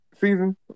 season